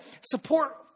support